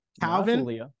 Calvin